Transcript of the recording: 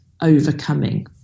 overcoming